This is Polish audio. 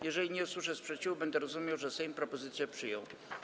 Jeżeli nie usłyszę sprzeciwu, będę uważał, że Sejm propozycje przyjął.